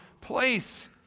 place